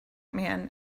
man